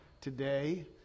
today